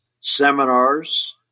seminars